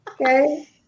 Okay